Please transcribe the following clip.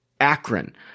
Akron